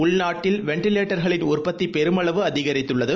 உள்நாட்டில் வென்டிலேட்டர்களின் உற்பத்திபெருமளவு அதிகரித்துள்ளது